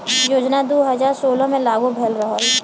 योजना दू हज़ार सोलह मे लागू भयल रहल